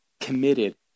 committed